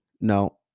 No